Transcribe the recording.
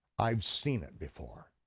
i've seen it before.